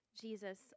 Jesus